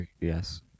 Yes